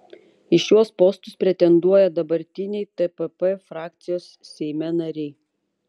į šiuos postus pretenduoja dabartiniai tpp frakcijos seime nariai